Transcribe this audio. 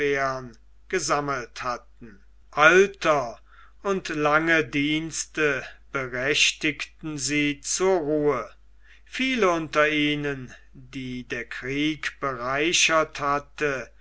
gesammelt hatten alter und lange dienste berechtigten sie zur ruhe viele unter ihnen die der krieg bereichert hatte